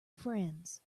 friends